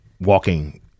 walking